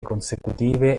consecutive